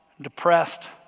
depressed